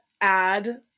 add